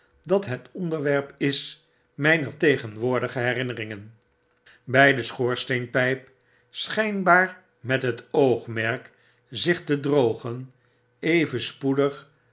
dat het onderwerp is mper tegenwoordige herinneringen bij de schoorsteenpijp schtjnbaar met het oogmerk zich te drogen even spoedig